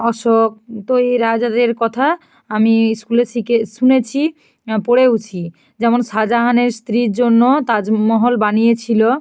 অশোক তো এরা যাদের কথা আমি স্কুলে শিখে শুনেছি পড়েওছি যেমন শাহজানের স্ত্রীর জন্য তাজমহল বানিয়েছিলো